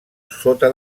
sota